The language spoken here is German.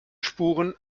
spuren